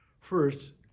First